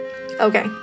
okay